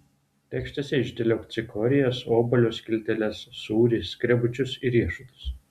lėkštėse išdėliok cikorijas obuolio skilteles sūrį skrebučius ir riešutus